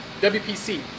WPC